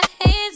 hands